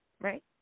Right